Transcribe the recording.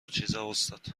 چیزا، استاد